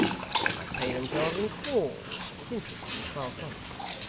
they might pay themselves in calls, with interest, in twelve months.